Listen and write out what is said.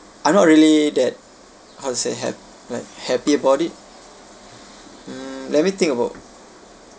I'm not really that how to say have like happy about it mm let me think about